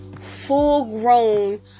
full-grown